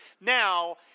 Now